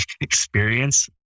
experience